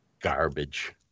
garbage